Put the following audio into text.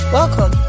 Welcome